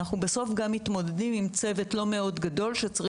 אנחנו בסוף גם מתמודדים עם צוות לא מאוד גדול שצריך